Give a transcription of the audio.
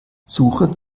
suche